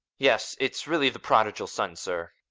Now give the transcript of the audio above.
yes, it's really the prodigal son, sir.